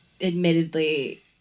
admittedly